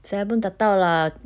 saya pun tak tahu lah